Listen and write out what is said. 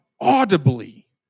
audibly